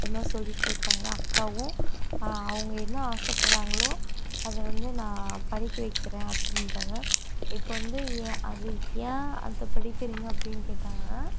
அதுமாதிரி சொல்லிட்டு இருக்கிறாங்க அக்காவும் அவங்க என்ன ஆசைப்பட்றாங்களோ அதை வந்து நான் படிக்க வைக்கிறேன் அப்படின்றாங்க இப்போ வந்து ஏன் அது ஏன் அது படிக்கிறீங்க அப்படின்னு கேட்டாங்கன்னால்